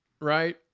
right